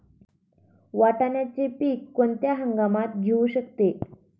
वाटाण्याचे पीक कोणत्या हंगामात येऊ शकते?